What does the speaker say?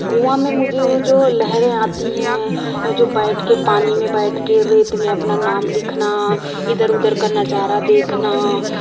गोवा में मुझे वो जो लहरें आती हैं जो बैठके पानी में बैठके रेत में अपना नाम लिखना इधर उधर का नजारा देखना